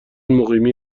مقیمی